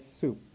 soup